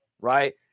right